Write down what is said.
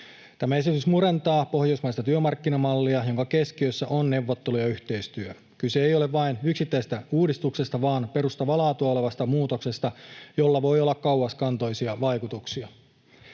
Tämä esitys murentaa pohjoismaista työmarkkinamallia, jonka keskiössä on neuvottelu ja yhteistyö. Kyse ei ole vain yksittäisestä uudistuksesta, vaan perustavaa laatua olevasta muutoksesta, jolla voi olla kauaskantoisia vaikutuksia.